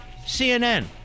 CNN